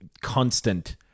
constant